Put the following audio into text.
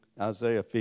Isaiah